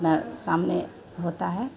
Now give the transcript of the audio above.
अपने सामने होता है